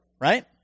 right